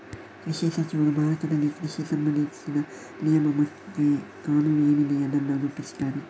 ಕೃಷಿ ಸಚಿವರು ಭಾರತದಲ್ಲಿ ಕೃಷಿಗೆ ಸಂಬಂಧಿಸಿದ ನಿಯಮ ಮತ್ತೆ ಕಾನೂನು ಏನಿದೆ ಅದನ್ನ ರೂಪಿಸ್ತಾರೆ